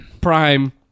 prime